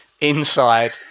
inside